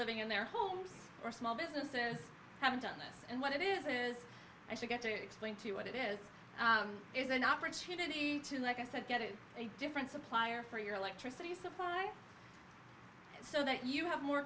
living in their homes or small businesses have done this and what it is is i forgot to explain to you what it is is an opportunity to like i said get it a different supplier for your electricity supply so that you have more